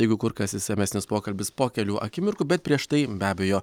jeigu kur kas išsamesnis pokalbis po kelių akimirkų bet prieš tai be abejo